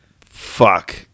fuck